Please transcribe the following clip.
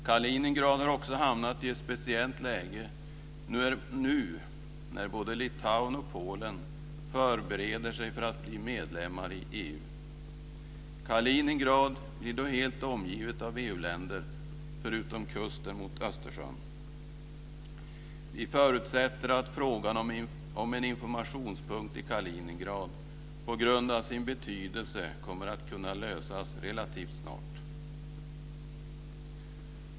Kaliningrad har också hamnat i ett speciellt läge nu när både Litauen och Polen förbereder sig för att bli medlemmar i EU. Kaliningrad blir då helt omgivet av EU-länder förutom vad gäller kusten mot Östersjön. Vi förutsätter att frågan om en informationspunkt i Kaliningrad på grund av sin betydelse kommer att kunna lösas relativt snart.